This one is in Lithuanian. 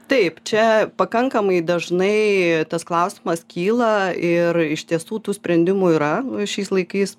taip čia pakankamai dažnai tas klausimas kyla ir iš tiesų tų sprendimų yra šiais laikais